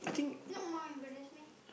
not more embarrassed meh